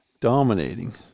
Dominating